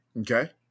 Okay